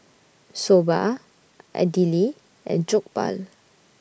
Soba Idili and Jokbal